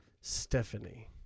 Stephanie